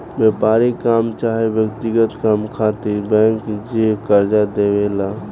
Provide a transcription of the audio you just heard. व्यापारिक काम चाहे व्यक्तिगत काम खातिर बैंक जे कर्जा देवे ला